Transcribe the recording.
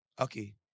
Okay